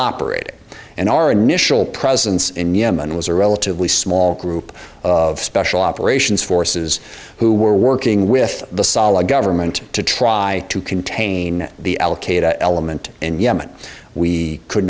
operating and our initial presence in yemen was a relatively small group of special operations forces who were working with the solid government to try to contain the al qaeda element in yemen we could